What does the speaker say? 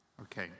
Okay